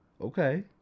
Okay